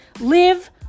live